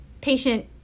patient